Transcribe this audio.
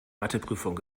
matheprüfung